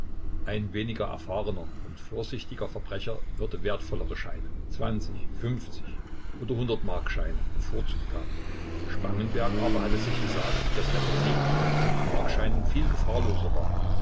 ein weniger erfahrener und vorsichtiger verbrecher würde wertvollere scheine zwanzig fünfzig oder hundertmarkscheine bevorzugt haben spangenberg aber hatte sich gesagt daß der vertrieb von fünfmarkscheinen viel gefahrloser war